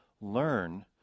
learn